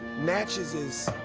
natchez is,